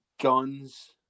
guns